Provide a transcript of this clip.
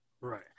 Right